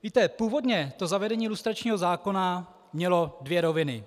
Víte, původně to zavedení lustračního zákona mělo dvě roviny.